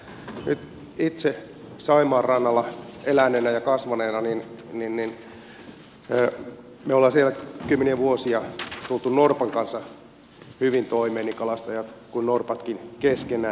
nyt itse saimaan rannalla eläneenä ja kasvaneena me olemme siellä kymmeniä vuosia tulleet norpan kanssa hyvin toimeen niin kalastajat kuin norpatkin keskenään